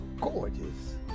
gorgeous